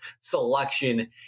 selection